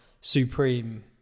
supreme